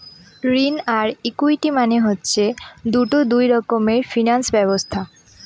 ঋণ আর ইকুইটি মানে হচ্ছে দুটা দুই রকমের ফিনান্স ব্যবস্থা